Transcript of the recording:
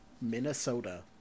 Minnesota